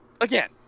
again